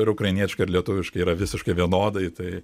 ir ukrainietiškai ir lietuviškai yra visiškai vienodai tai